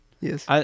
Yes